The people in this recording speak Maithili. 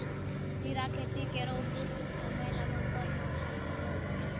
जीरा खेती केरो उपयुक्त समय नवम्बर माह क मानलो जाय छै